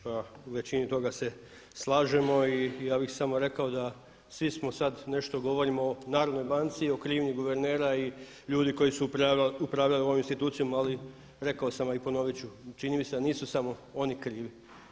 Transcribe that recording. Pa u većini toga se slažemo i ja bih samo rekao da svi smo sad nešto govorimo o Narodnoj banci i o krivnji guvernera i ljudi koji su upravljali ovim institucijom ali rekao sam a i ponovit ću čini mi se da nisu samo oni krivi.